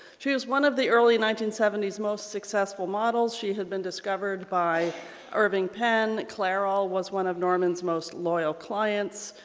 she was one of the early nineteen seventy s most successful models. she had been discovered by irving penn, clairol was one of norman's most loyal clients,